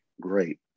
Great